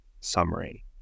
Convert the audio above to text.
summary